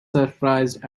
surprised